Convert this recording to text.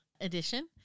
edition